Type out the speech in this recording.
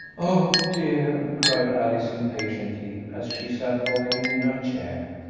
oh dear! cried alice impatiently, as she sat rocking in her chair,